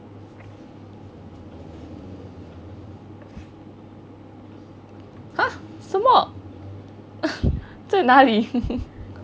!huh! 什么在哪里